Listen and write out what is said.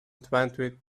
twenty